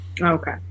Okay